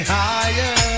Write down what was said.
higher